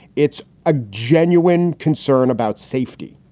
it's a genuine concern about safety.